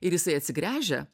ir jisai atsigręžia